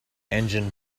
engine